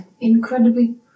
Incredibly